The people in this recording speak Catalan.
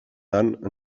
tant